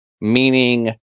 meaning